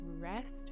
rest